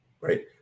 right